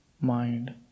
mind